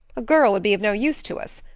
a girl would be of no use to us.